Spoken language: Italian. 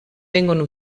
vengono